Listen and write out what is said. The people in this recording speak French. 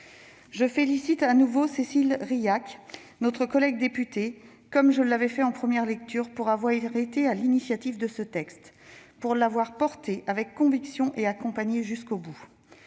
Je félicite de nouveau Cécile Rilhac, notre collègue députée, comme je l'avais fait en première lecture, pour avoir été à l'initiative de ce texte, pour l'avoir défendu avec conviction et accompagné jusqu'au bout.